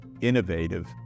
innovative